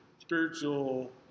Spiritual